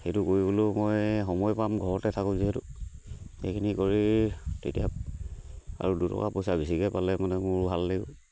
সেইটো কৰিবলৈও মই সময় পাম ঘৰতে থাকোঁ যিহেতু সেইখিনি কৰি তেতিয়া আৰু দুটকা পইচা বেছিকৈ পালে মানে মোৰ ভাল লাগিব